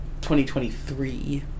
2023